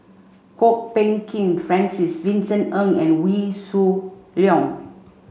Kwok Peng Kin Francis Vincent Ng and Wee Shoo Leong